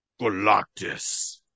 Galactus